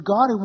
God